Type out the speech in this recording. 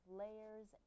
layers